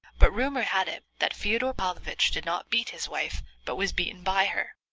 but rumor had it that fyodor pavlovitch did not beat his wife but was beaten by her,